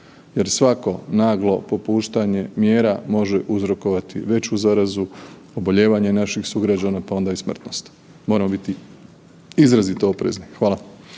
Jer svako naglo popuštanje mjera može uzrokovati veću zarazu, obolijevanje naših sugrađana, pa onda i smrtnost. Moramo biti izrazito oprezni. Hvala.